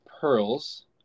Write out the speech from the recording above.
pearls